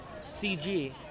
CG